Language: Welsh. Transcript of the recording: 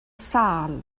sâl